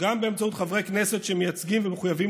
גם באמצעות חברי כנסת שמייצגים ומחויבים